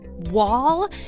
wall